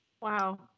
wow